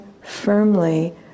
firmly